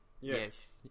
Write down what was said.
Yes